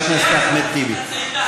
חבר הכנסת אחמד טיבי.